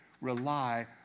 rely